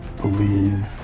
believe